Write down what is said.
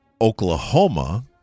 Oklahoma